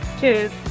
Cheers